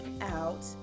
Out